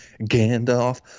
Gandalf